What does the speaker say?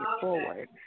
forward